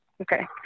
Okay